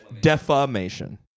Defamation